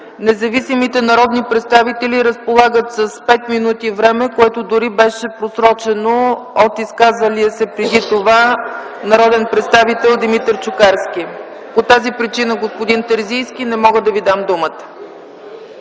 независимите народни представители разполагат с 5 минути, което дори беше просрочено от изказалия се преди това народен представител Димитър Чукарски. По тази причина, господин Терзийски, не мога да Ви дам думата.